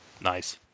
nice